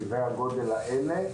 סדרי הגודל האלה,